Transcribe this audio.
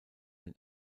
den